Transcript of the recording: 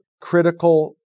critical